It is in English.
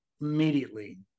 immediately